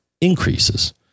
increases